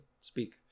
speak